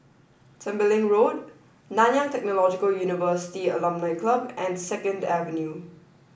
Tembeling Road Nanyang Technological University Alumni Club and Second Avenue